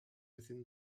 within